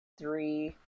three